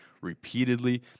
repeatedly